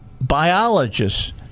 Biologists